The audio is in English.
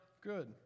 good